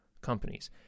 companies